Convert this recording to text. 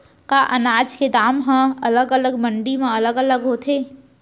का अनाज के दाम हा अलग अलग मंडी म अलग अलग होथे?